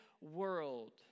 world